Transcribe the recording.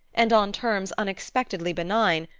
and on terms unexpectedly benign,